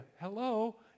Hello